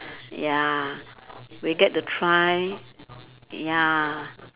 ya we get to try ya